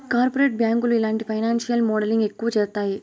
corporate బ్యాంకులు ఇలాంటి financial modelling ఎక్కువ చేత్తాయి